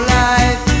life